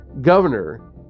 governor